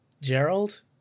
Gerald